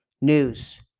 news